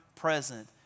Present